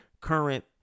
current